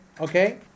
okay